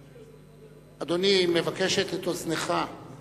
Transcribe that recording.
אדוני, היא מבקשת את אוזנך.